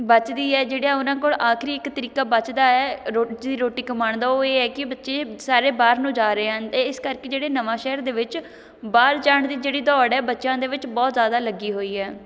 ਬਚਦੀ ਹੈ ਜਿਹੜਾ ਉਹਨਾਂ ਕੋਲ ਆਖਰੀ ਇੱਕ ਤਰੀਕਾ ਬਚਦਾ ਹੈ ਰੋਜ਼ੀ ਰੋਟੀ ਕਮਾਉਣ ਦਾ ਉਹ ਇਹ ਹੈ ਕਿ ਬੱਚੇ ਸਾਰੇ ਬਾਹਰ ਨੂੰ ਜਾ ਰਹੇ ਹਨ ਅਤੇ ਇਸ ਕਰਕੇ ਜਿਹੜੇ ਨਵਾਂਸ਼ਹਿਰ ਦੇ ਵਿੱਚ ਬਾਹਰ ਜਾਣ ਦੀ ਜਿਹੜੀ ਦੌੜ ਹੈ ਬੱਚਿਆਂ ਦੇ ਵਿੱਚ ਬਹੁਤ ਜ਼ਿਆਦਾ ਲੱਗੀ ਹੋਈ ਹੈ